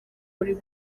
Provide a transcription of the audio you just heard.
muri